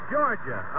Georgia